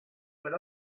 per